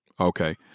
okay